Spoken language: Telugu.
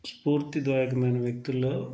స్ఫూర్తిదాయకమయిన వ్యక్తుల్లో